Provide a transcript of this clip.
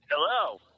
Hello